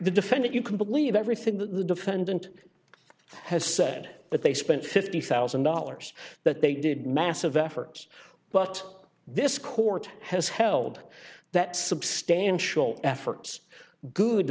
the defendant you can believe everything the defendant has said that they spent fifty one thousand dollars that they did massive efforts but this court has held that substantial efforts good